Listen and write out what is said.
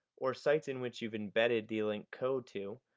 or sites in which you've embedded the link code to,